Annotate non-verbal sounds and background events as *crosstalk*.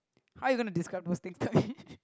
how you gonna describe those things to me *laughs*